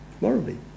morally